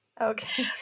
Okay